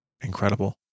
incredible